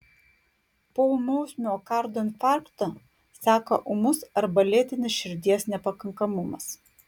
po ūmaus miokardo infarkto seka ūmus arba lėtinis širdies nepakankamumas